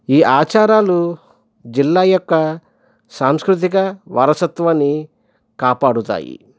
ఈ ఆచారాలు జిల్లా యొక్క సాంస్కృతిక వారసత్వాన్ని కాపాడుతాయి